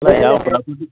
ಯಾವ ಥರ